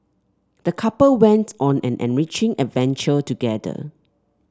the couple went on an enriching adventure together